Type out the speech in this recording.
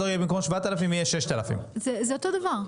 יהיה 7,000 במקום 6,000. זה אותו הדבר.